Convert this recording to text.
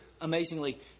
amazingly